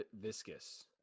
Viscous